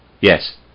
Yes